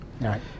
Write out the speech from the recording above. Right